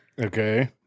okay